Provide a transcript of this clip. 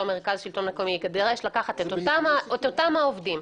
אותם העובדים,